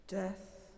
Death